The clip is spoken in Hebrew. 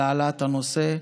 על העלאת הנושא,